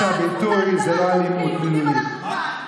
ההלכה והיהדות הן גם שלי.